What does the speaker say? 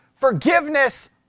forgiveness